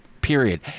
Period